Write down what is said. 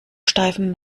steifen